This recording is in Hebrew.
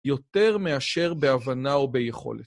יותר מאשר בהבנה או ביכולת.